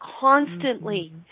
constantly